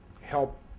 help